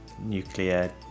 nuclear